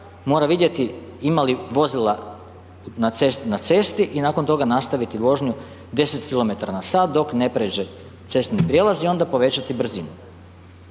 mora vidjeti ima li vozila na cesti i nakon toga nastaviti vožnju 10 km/h dok ne pređe cestovni prijelaz i onda povećati brzinu.